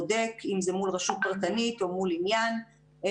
בודק אם זה מול רשות פרטנית או מול עניין מסוים.